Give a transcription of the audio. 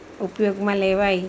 ઉપયોગમાં લેવાય